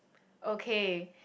okay